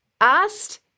asked